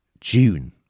June